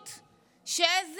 שאיזה יופי,